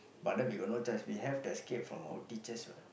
but then we got no chance we have that scared from our teachers what